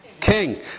king